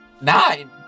nine